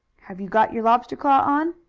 have you got your lobster claw on?